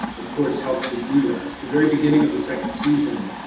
of course, helps you do that. the very beginning of the second season,